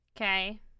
Okay